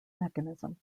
mechanism